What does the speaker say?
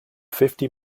fifty